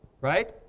right